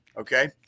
Okay